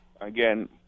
Again